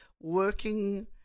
working